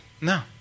No